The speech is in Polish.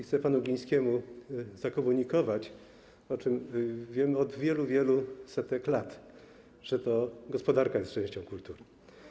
Chcę panu Glińskiemu zakomunikować - wiemy o tym od wielu, wielu setek lat - że to gospodarka jest częścią kultury.